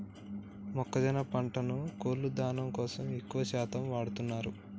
మొక్కజొన్న పంటను కోళ్ళ దానా కోసం ఎక్కువ శాతం వాడుతున్నారు